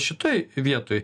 šitoj vietoj